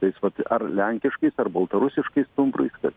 tais vat ar lenkiškais ar baltarusiškais stumbrais kad